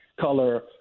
color